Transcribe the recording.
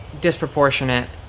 disproportionate